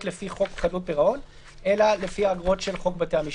לפי חוק חדלות פירעון אלא לפי האגרות של חוק בתי המשפט.